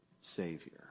Savior